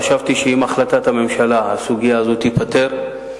חשבתי שעם החלטת הממשלה הסוגיה הזאת תיפתר.